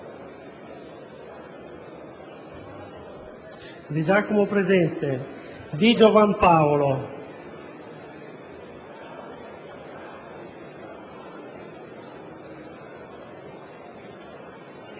Di Giovan Paolo,